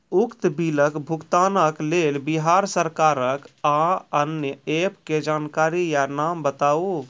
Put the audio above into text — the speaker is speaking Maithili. उक्त बिलक भुगतानक लेल बिहार सरकारक आअन्य एप के जानकारी या नाम बताऊ?